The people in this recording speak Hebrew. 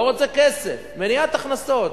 לא רוצה כסף, מניעת הכנסות.